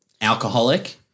alcoholic